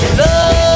love